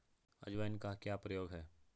अजवाइन का क्या प्रयोग है?